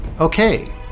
Okay